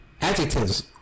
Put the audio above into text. adjectives